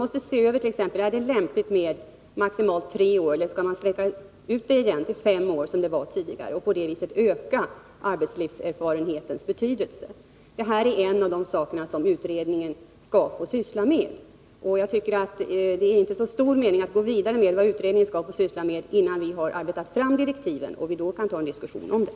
Är det lämpligt med maximalt tre år, eller skall man sträcka ut tiden för arbetslivserfarenheten till fem år, som det var tidigare, och på det sättet öka arbetslivserfarenhetens betydelse? Detta är en av de frågor som utredningen skall få syssla med. Det är inte så stor mening att gå vidare i debatten om utredningens uppdrag, innan vi har arbetat fram direktiven. Då kan vi ta en diskussion om dem.